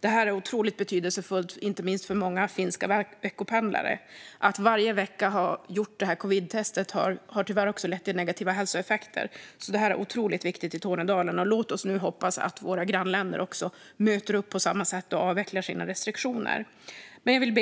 Det är otroligt betydelsefullt, inte minst för många finländska veckopendlare. Att varje vecka ha gjort covidtest har tyvärr lett till negativa hälsoeffekter. Detta är otroligt viktigt i Tornedalen. Låt oss nu hoppas att våra grannländer möter upp på samma sätt och avvecklar sina restriktioner. Jag vill,